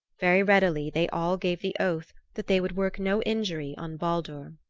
very readily they all gave the oath that they would work no injury on baldur.